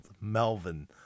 Melvin